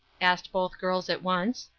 asked both girls at once.